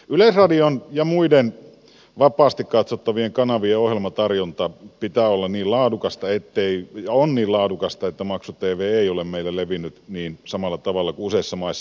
yleisradion ja muiden vapaasti katsottavien kanavien ohjelmatarjonnan pitää olla niin laadukasta ja se on niin laadukasta että maksu tv ei ole meillä levinnyt samalla tavalla kuin useissa maissa